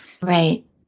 Right